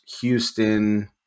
Houston